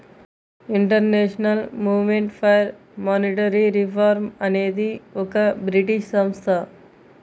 international movement for monetary reform అనేది ఒక British సంస్థ